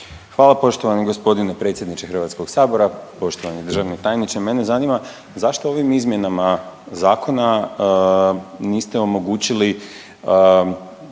Hvala poštovani gospodine predsjedniče Hrvatskog sabora, poštovani državni tajniče. Mene zanima zašto ovim izmjenama zakona niste omogućili